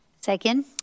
Second